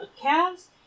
calves